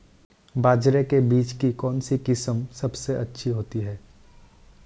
बाजरे के बीज की कौनसी किस्म सबसे अच्छी होती है?